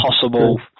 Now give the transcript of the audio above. possible